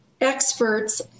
experts